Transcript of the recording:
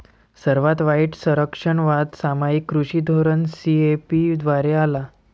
सर्वात वाईट संरक्षणवाद सामायिक कृषी धोरण सी.ए.पी द्वारे आला